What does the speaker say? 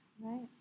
Right